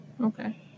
okay